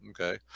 Okay